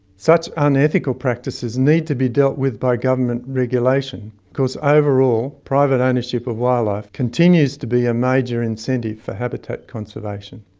such unethical practices need to be dealt with by government regulation because overall private ownership of wildlife continues to be a major incentive for habitat conservation.